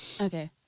Okay